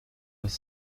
with